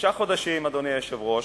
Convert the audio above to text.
אדוני היושב-ראש,